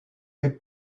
est